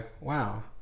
wow